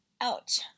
Ouch